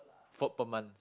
four per month